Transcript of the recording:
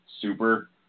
super